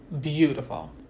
beautiful